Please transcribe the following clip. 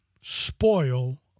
spoil